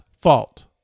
fault